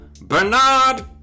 Bernard